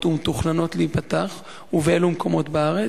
ומתוכננות להיפתח ובאילו מקומות בארץ?